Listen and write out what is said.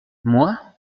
moi